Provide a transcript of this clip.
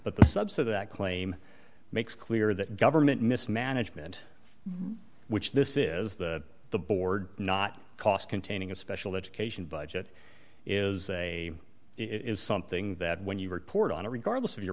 but the subs of that claim makes clear that government mismanagement which this is that the board not cost containing a special education budget is a it is something that when you report on a regardless of your